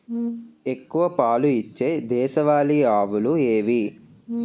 ఎక్కువ పాలు ఇచ్చే దేశవాళీ ఆవులు ఏవి?